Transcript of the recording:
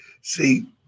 See